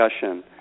discussion